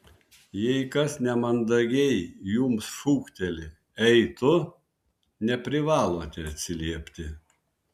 jei kas nemandagiai jums šūkteli ei tu neprivalote atsiliepti